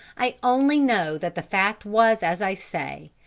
i only know that the fact was as i say,